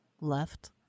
left